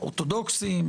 אורתודוקסים,